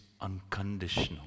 unconditional